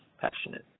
passionate